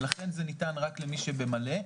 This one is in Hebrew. ולכן זה ניתן רק למי שבמלא.